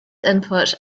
input